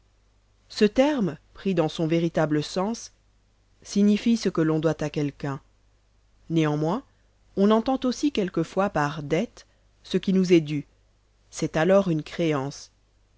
ce terme pris dans son véritable sens signifie ce que l'on doit à quelqu'un néanmoins on entend aussi quelquefois par dettes ce qui nous est dû c'est alors une créance